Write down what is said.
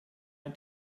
ein